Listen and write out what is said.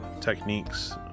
techniques